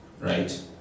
right